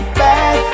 bad